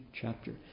chapter